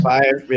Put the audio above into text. Five